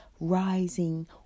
rising